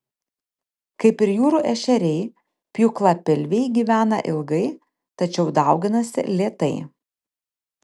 kaip ir jūrų ešeriai pjūklapilviai gyvena ilgai tačiau dauginasi lėtai